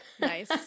Nice